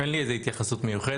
אין לי איזה התייחסות מיוחדת,